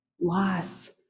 loss